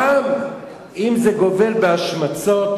גם אם זה גובל בהשמצות,